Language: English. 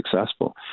successful